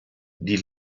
die